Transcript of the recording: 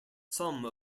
some